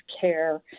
care